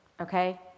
Okay